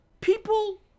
People